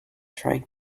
trying